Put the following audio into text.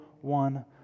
one